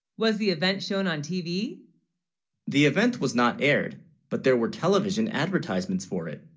was the event shown on tv the event was not aired but there were television advertisements for it